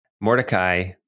Mordecai